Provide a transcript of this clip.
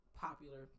popular